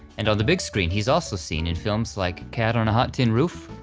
and on the big screen he's also seen in films like cat on a hot tin roof,